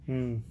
mm